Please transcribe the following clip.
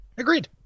agreed